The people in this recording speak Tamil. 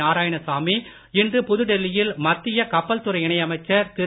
நாராயணசாமி இன்று புதுடெல்லியில் மத்திய கப்பல் துறை இணையமைச்சர் திரு